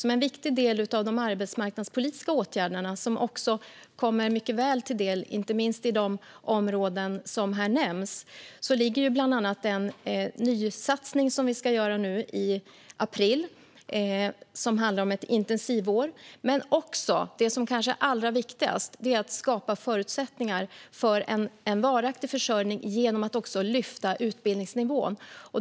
Som en viktig del av de arbetsmarknadspolitiska åtgärderna, som kommer mycket väl till del inte minst i de områden som här nämns, finns bland annat en nysatsning i april som handlar om ett intensivår. Men det som är kanske allra viktigast är att skapa förutsättningar för en varaktig försörjning genom att lyfta utbildningsnivån.